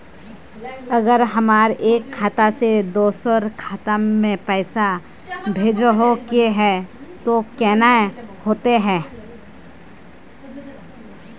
अगर हमरा एक खाता से दोसर खाता में पैसा भेजोहो के है तो केना होते है?